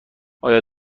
آیا